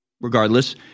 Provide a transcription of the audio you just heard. regardless